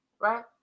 right